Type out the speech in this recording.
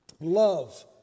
love